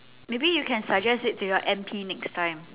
maybe you can suggest it to your M_P next time